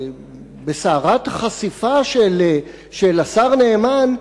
בסערת החשיפה של השר נאמן,